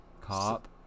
cop